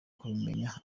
kubimenya